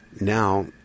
Now